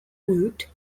ute